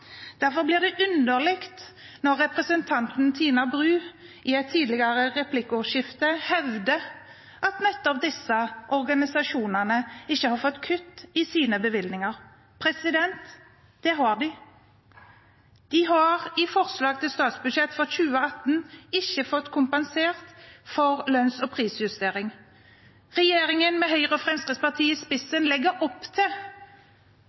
Derfor blir det underlig når representanten Tina Bru i et tidligere replikkordskifte hevder at nettopp disse organisasjonene ikke har fått kutt i sine bevilgninger. Det har de. De har i forslag til statsbudsjett for 2018 ikke fått kompensert for lønns- og prisjustering. Regjeringen, med Høyre og Fremskrittspartiet i spissen, legger opp til